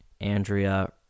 Andrea